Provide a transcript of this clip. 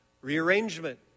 Rearrangement